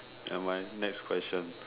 nevermind next question